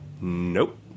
Nope